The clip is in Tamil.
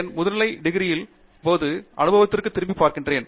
என் முதுகலை டிகிரியின் போது என் அனுபவத்திற்கு திரும்பிப் பார்க்கிறேன்